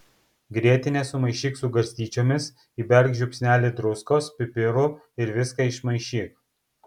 grietinę sumaišyk su garstyčiomis įberk žiupsnelį druskos pipirų ir viską išmaišyk